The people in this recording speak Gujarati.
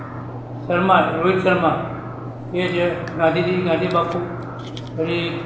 શર્મા રોહિત શર્મા એ છે ગાંધીજી ગાંધી બાપુ પછી